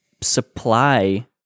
supply